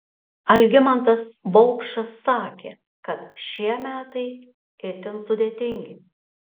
algimantas vaupšas sakė kad šie metai itin sudėtingi